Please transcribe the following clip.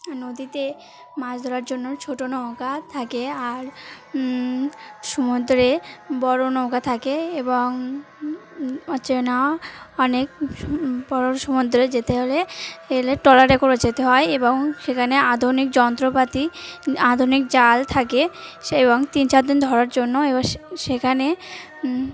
নদীতে মাছ ধরার জন্য ছোটো নৌকা থাকে আর সমুদ্রে বড়ো নৌকা থাকে এবং হচ্ছে না অনেক বড় সমুদ্রে যেতে হলে এলে ট্রলারে করে যেতে হয় এবং সেখানে আধুনিক যন্ত্রপাতি আধুনিক জাল থাকে এবং তিন চার দিন ধরার জন্য এবং সেখানে